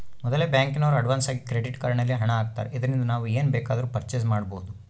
ಮೊದಲೆ ಬ್ಯಾಂಕಿನೋರು ಅಡ್ವಾನ್ಸಾಗಿ ಕ್ರೆಡಿಟ್ ಕಾರ್ಡ್ ನಲ್ಲಿ ಹಣ ಆಗ್ತಾರೆ ಇದರಿಂದ ನಾವು ಏನ್ ಬೇಕಾದರೂ ಪರ್ಚೇಸ್ ಮಾಡ್ಬಬೊದು